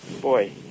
Boy